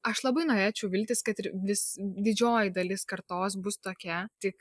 aš labai norėčiau viltis kad ir vis didžioji dalis kartos bus tokia tik